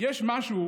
יש משהו